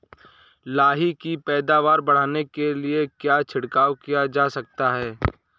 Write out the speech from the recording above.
लाही की पैदावार बढ़ाने के लिए क्या छिड़काव किया जा सकता है?